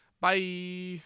Bye